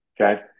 Okay